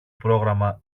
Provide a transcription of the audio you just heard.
πρόγραμμα